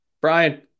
Brian